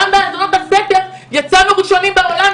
גם בהאזנות הסתר יצאנו ראשונים בעולם,